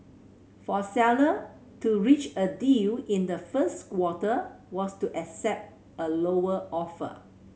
for sellers to reach a deal in the first quarter was to accept a lower offer